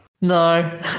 No